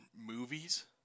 movies